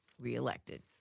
re-elected